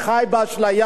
אתה חי באשליה,